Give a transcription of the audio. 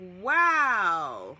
wow